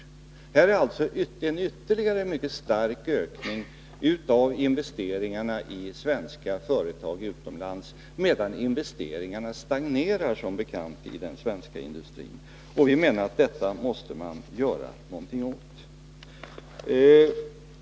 Torsdagen den Det har alltså skett en ytterligare mycket stark ökning av investeringarnai maj 1982 svenska företag utomlands, medan investeringarna som bekant stagnerar i den svenska industrin. Vi menar att detta måste man göra någonting åt.